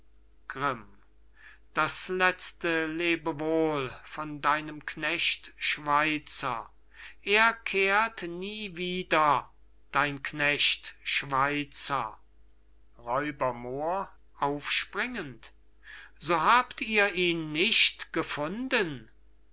grimm das letzte lebewohl von deinem knecht schweizer er kehrt nie wieder dein knecht schweizer r moor aufspringend so habt ihr ihn nicht gefunden